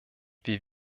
wir